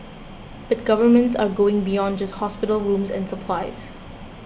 but governments are going beyond just hospital rooms and supplies